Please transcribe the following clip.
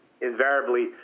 invariably